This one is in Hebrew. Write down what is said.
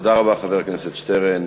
תודה רבה, חבר הכנסת שטרן.